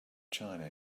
china